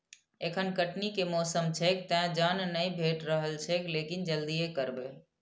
एखन कटनी के मौसम छैक, तें जन नहि भेटि रहल छैक, लेकिन जल्दिए करबै